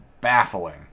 baffling